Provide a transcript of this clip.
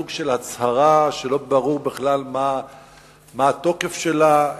סוג של הצהרה שלא ברור בכלל מה התוקף שלה,